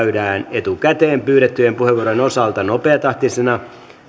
etukäteen pyydettyjen puheenvuorojen osalta nopeatahtisena